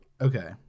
Okay